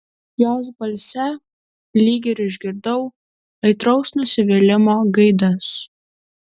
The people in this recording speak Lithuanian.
jos balse lyg ir išgirdau aitraus nusivylimo gaidas